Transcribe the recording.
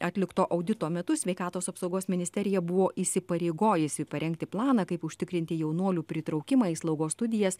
atlikto audito metu sveikatos apsaugos ministerija buvo įsipareigojusi parengti planą kaip užtikrinti jaunuolių pritraukimą į slaugos studijas